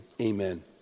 amen